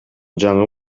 жаңы